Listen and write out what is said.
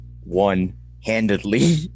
one-handedly